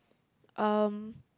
um